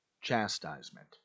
chastisement